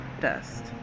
dust